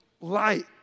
light